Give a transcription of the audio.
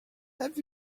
have